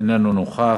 אינו נוכח,